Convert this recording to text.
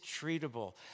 treatable